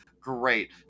great